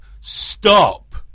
stop